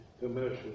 commercial